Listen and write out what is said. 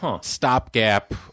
stopgap